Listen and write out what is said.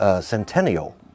Centennial